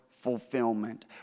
fulfillment